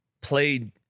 played